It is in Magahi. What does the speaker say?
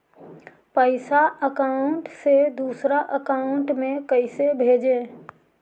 पैसा अकाउंट से दूसरा अकाउंट में कैसे भेजे?